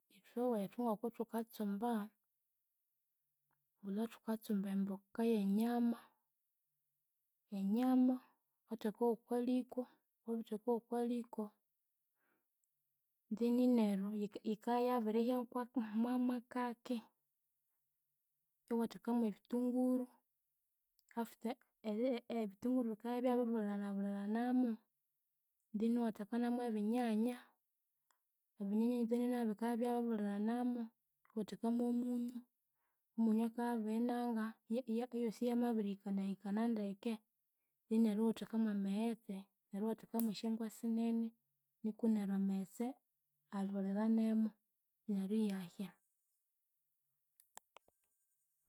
Ithwe wethu ngokuthukatsumba mbulha thukatsumba emboka ye nyama, enyama wukatheka yokwaliku, wabitheka yokwaliko then neryu yiki yika yabirihya mwakaki iwatheka mwebithunguru after ebithunguru bika byabibulira buliranamu, then iwathekamu nebinyanya, ebinyanya then nabyu bikabyabibuliranamu iwathekamomunyu, omunyu aka abirinanga eyosi yamabirihikanahikana ndeke then neryu iwathekamu mwamaghetse neryu iwathekamu esyangwe sinene niku neryu amaghetse abuliranemu. Neryu iyahya